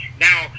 Now